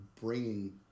bringing